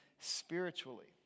Spiritually